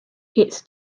its